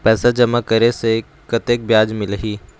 पैसा जमा करे से कतेक ब्याज मिलही?